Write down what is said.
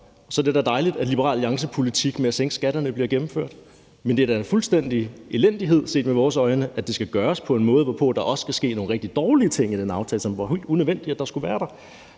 Så det er da dejligt, at Liberal Alliance-politik med at sænke skatterne bliver gennemført. Men det er da en fuldstændig elendighed set med vores øjne, at det skal gøres på en måde, hvorpå der også skal ske nogle rigtig dårlige ting i den aftale, når det var helt unødvendigt, at de skulle være der.